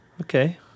Okay